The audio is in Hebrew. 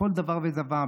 בכל דבר ודבר,